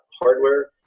hardware